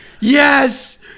yes